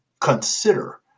consider